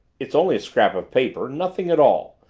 it's only a scrap of paper, nothing at all,